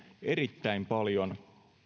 erittäin paljon